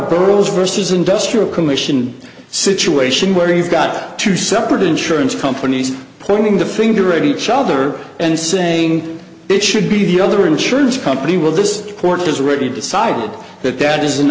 girls versus industrial commission situation where you've got two separate insurance companies pointing the finger at each other and saying it should be the other insurance company will this court is really decided that that is an